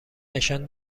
نشان